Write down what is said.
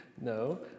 No